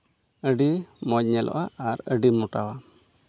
ᱟᱹᱰᱤ ᱢᱚᱡᱽ ᱧᱮᱞᱚᱜᱼᱟ ᱟᱨ ᱟᱹᱰᱤ ᱢᱳᱴᱟᱣᱟ